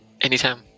Anytime